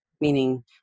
Meaning